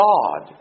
God